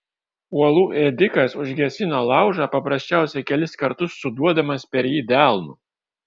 uolų ėdikas užgesino laužą paprasčiausiai kelis kartus suduodamas per jį delnu